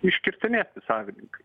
iškirtinėt tie savininkai